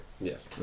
Yes